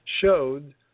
showed